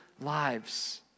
lives